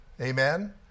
Amen